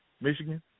Michigan